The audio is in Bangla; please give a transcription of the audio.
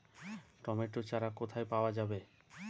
টমেটো চারা কোথায় পাওয়া যাবে?